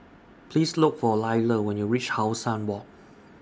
Please Look For Lyle when YOU REACH How Sun Walk